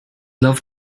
love